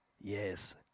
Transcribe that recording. Yes